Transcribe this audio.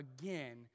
again